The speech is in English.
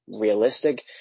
realistic